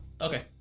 okay